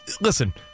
Listen